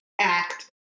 act